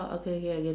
okay okay I get it